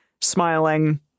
smiling